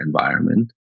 environment